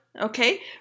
Okay